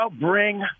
bring